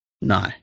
No